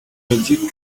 dis